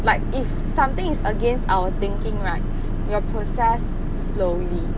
like if something is against our thinking right you will process slowly